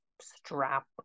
strap